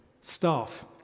staff